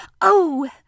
Oh